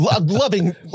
loving